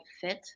fit